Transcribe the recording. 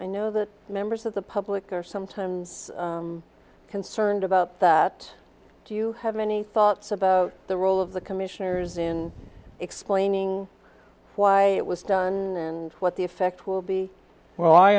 i know that members of the public are sometimes concerned about that do you have any thoughts about the role of the commissioners in explaining why it was done and what the effect will be well i